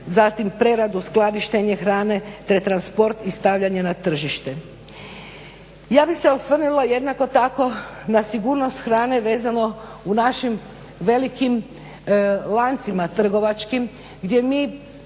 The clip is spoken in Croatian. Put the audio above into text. zatim preradu i skladištenje hrane, te transport i stavljanje na tržište. Ja bih se osvrnula jednako tako na sigurnost hrane vezano u našim velikim lancima trgovačkim gdje mi